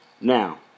Now